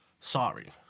sorry